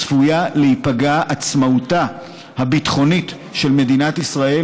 צפויה להיפגע עצמאותה הביטחונית של מדינת ישראל,